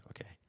okay